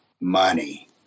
money